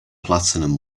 platinum